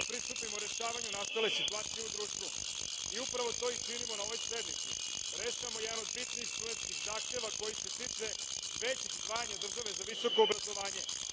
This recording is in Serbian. pristupimo rešavanju nastale situacije u društvu i upravo to i činimo na ovoj sednici. Rešavamo jedan od bitnijih studentskih zahteva koji se tiče većeg izdvajanja države za visoko obrazovanje.